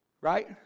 Right